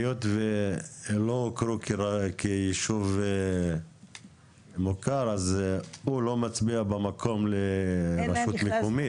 היות ולא הוכרו כיישוב מוכר אז הוא לא מצביע במקום לרשות מקומית,